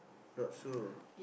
not so